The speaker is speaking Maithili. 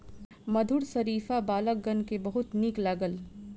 मधुर शरीफा बालकगण के बहुत नीक लागल